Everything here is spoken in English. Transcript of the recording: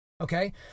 Okay